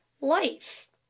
life